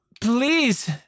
Please